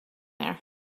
there